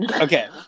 okay